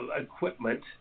equipment